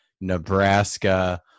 Nebraska